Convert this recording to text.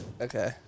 okay